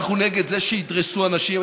אנחנו נגד זה שידרסו אנשים.